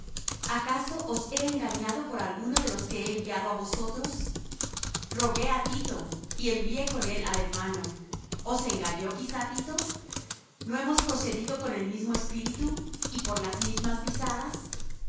acaso os he engañado por alguno de los que he enviado á vosotros rogué á tito y envié con él al hermano os engañó quizá tito no hemos procedido con el mismo espíritu y por las mismas pisadas